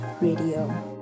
Radio